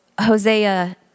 Hosea